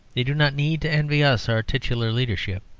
they do not need to envy us our titular leadership,